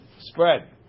spread